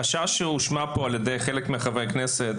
על ידי חלק מחברי הכנסת,